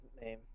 name